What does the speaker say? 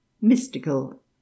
Mystical